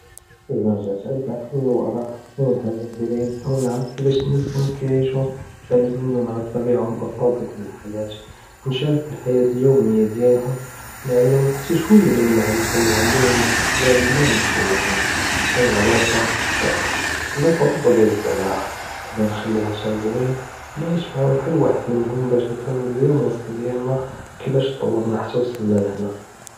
אלא ר'געת אלף עאם ללווארא אול וחדה נדירה היא נהאול נערף כיפאש הנאס קאנו כיעישו נתעלם מהום עלא אלטביעה ואלבסاطة דיעל אלחייאה כנשרק פאלחייאה אליומיה דיעלם ו נעלם הום חתי שווי אלמאלמע'רה לי ענדי מן אלמוסטקבל בלא מנח'וופהום בחר אלנזאפה אלטב ולא טורוק דיעל אלזרעה נבג'י נחליה שה'ר זוין ו נעיש מעאיהם בחר ואחד מהום באש נפהם מיזיאן אלאצ'ל דיעלנא כיפאש דטורנו חתי וצלסנו להנה.